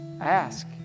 Ask